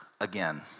again